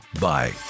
Bye